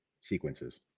sequences